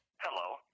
Hello